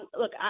look